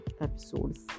episodes